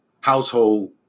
household